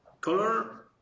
Color